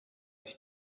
sich